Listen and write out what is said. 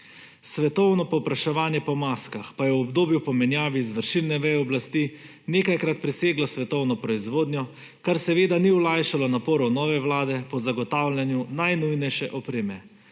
Svetovno povpraševanje po maskah pa je v obdobju po menjavi izvršilne veje oblasti nekajkrat preseglo svetovno proizvodnjo, kar seveda ni olajšalo naporov nove vlade po zagotavljanju najnujnejše opreme,